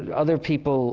and other people